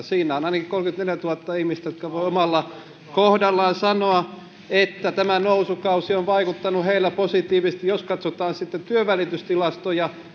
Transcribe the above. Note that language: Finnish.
siinä on ainakin kolmekymmentäneljätuhatta ihmistä jotka voivat omalla kohdallaan sanoa että tämä nousukausi on vaikuttanut heihin positiivisesti jos sitten katsotaan työnvälitystilastoja